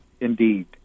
Indeed